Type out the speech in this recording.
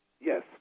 Yes